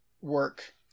Work